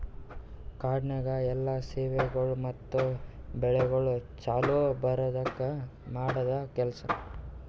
ಕಾಡನ್ಯಾಗ ಎಲ್ಲಾ ಸೇವೆಗೊಳ್ ಮತ್ತ ಬೆಳಿಗೊಳ್ ಛಲೋ ಬರದ್ಕ ಮಾಡದ್ ಕೆಲಸ